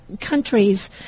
countries